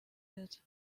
wird